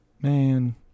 Man